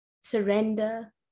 surrender